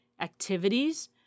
activities